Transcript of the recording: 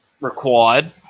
required